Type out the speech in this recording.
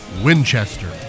Winchester